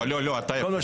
לא, אתה יפה.